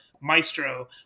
Maestro